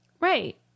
Right